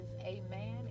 amen